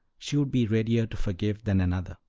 she would be readier to forgive than another.